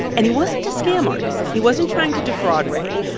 and he wasn't a scam artist. he wasn't trying to defraud ray.